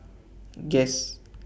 Guess